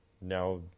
now